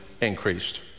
increased